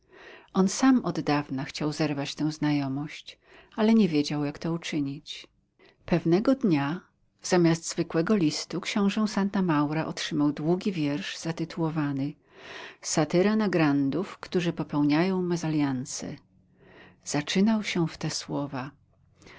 on sam od dawna chciał zerwać tę znajomość ale nie wiedział jak to uczynić pewnego dnia zamiast zwykłego listu książę santa maura otrzymał długi wiersz zatytułowany satyra na grandów którzy popełniają mezalianse zaczynał się w te słowa